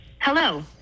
Hello